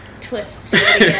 Twist